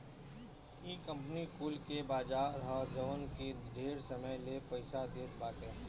इ कंपनी कुल के बाजार ह जवन की ढेर समय ले पईसा देत बाटे